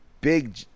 big